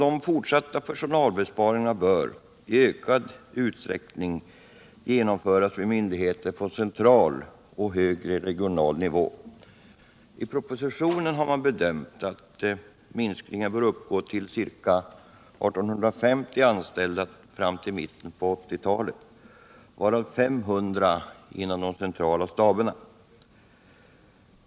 De fortsatta personalbesparingarna bör i ökad utsträckning genomföras vid myndigheter på central och högre regional nivå. I propositionen har man bedömt att minskningen bör uppgå till ca 1 850 anställda fram till mitten av 1980-talet, varav 500 inom de centrala staberna.